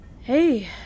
Hey